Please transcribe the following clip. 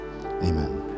amen